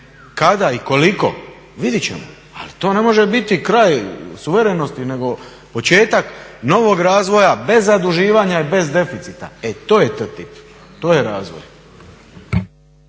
Kada i koliko? Vidjeti ćemo. Ali to ne može biti kraj suverenosti nego početak novog razvoja bez zaduživanja i bez deficita e to je TTIP, to je razvoj.